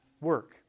work